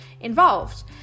involved